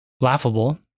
laughable